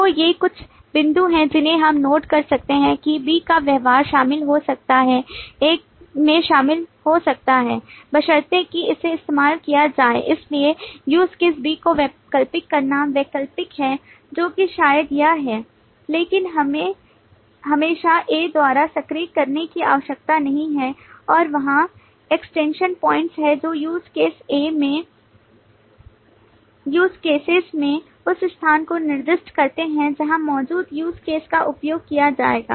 तो ये कुछ बिंदु हैं जिन्हें हम नोट कर सकते हैं कि B का व्यवहार शामिल हो सकता है A में शामिल हो सकता है बशर्ते कि इसे इस्तेमाल किया जाए इसलिए Use Case B को वैकल्पिक करना वैकल्पिक है जो कि शायद यह है लेकिन इसे हमेशा A द्वारा सक्रिय करने की आवश्यकता नहीं है और वहाँ एक्सटेंशन पॉइंट्स हैं जो use cases में उस स्थान को निर्दिष्ट करते हैं जहां मौजूदा use caseका उपयोग किया जाएगा